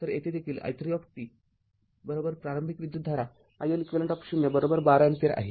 तर येथे देखील i३प्रारंभिक विद्युतधारा iLeq १२ अँपिअर आहे